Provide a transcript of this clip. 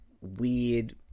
weird